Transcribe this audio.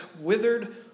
withered